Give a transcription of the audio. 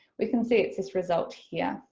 we can see it's this result here.